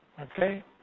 Okay